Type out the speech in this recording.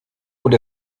und